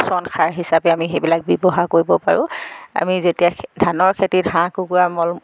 পচন সাৰ হিচাপে আমি সেইবিলাক ব্যৱহাৰ কৰিব পাৰোঁ আমি যেতিয়া ধানৰ খেতিত হাঁহ কুকুৰাৰ মল